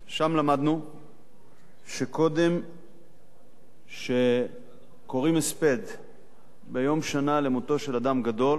שם למדנו שקודם שקוראים הספד ביום שנה למותו של אדם גדול,